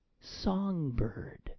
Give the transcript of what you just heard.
songbird